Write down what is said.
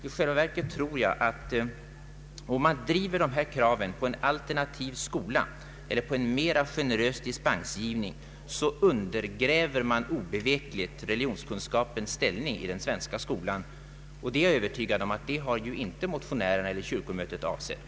I själva verket tror jag att om man driver krav på en alternativ skola eller på en mera generös dispensgivning, undergräver man obevekligt religionskunskapens ställning i den svenska skolan. Detta torde varken motionärerna eller kyrkomötet ha avsett.